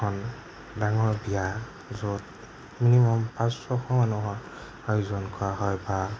এখন ডাঙৰ বিয়া য'ত মিনিমাম পাঁচ ছশ মানুহৰ আয়োজন কৰা হয় বা